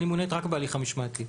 אני מעוניינת רק בהליך המשמעתי,